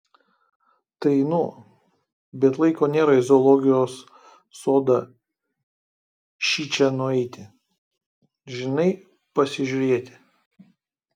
tai nu bet laiko nėra į zoologijos sodą šičia nueiti žinai pasižiūrėti